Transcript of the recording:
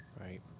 Right